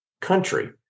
country